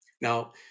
Now